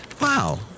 Wow